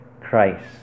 Christ